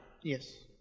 yes